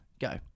Go